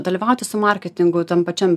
dalyvauti su marketingu tam pačiam